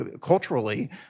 culturally